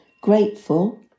grateful